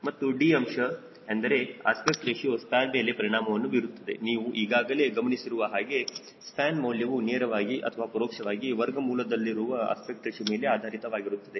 ಮತ್ತು d ಅಂಶ ಎಂದರೆ ಅಸ್ಪೆಕ್ಟ್ ರೇಶಿಯೋ ಸ್ಪ್ಯಾನ್ ಮೇಲೆ ಪರಿಣಾಮವನ್ನು ಬೀರುತ್ತದೆ ನಾವು ಈಗಾಗಲೇ ಗಮನಿಸಿರುವ ಹಾಗೆ ಸ್ಪ್ಯಾನ್ ಮೌಲ್ಯವು ನೇರವಾಗಿ ಅಥವಾ ಪರೋಕ್ಷವಾಗಿ ವರ್ಗಮೂಲದಲ್ಲಿರುವ ಅಸ್ಪೆಕ್ಟ್ ರೇಶಿಯೋ ಮೇಲೆ ಆಧಾರಿತವಾಗಿರುತ್ತದೆ